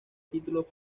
títulos